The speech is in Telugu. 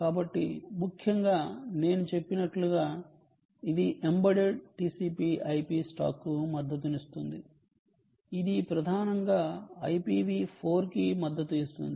కాబట్టి ముఖ్యంగా నేను చెప్పినట్లుగా ఇది ఎంబెడెడ్ TCP IP స్టాక్కు మద్దతునిస్తుంది ఇది ప్రధానంగా IPV 4 కి మద్దతు ఇస్తుంది